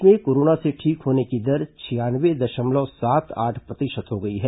देश में कोरोना से ठीक होने की दर छियानवे दशमलव सात आठ प्रतिशत हो गई है